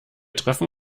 treffen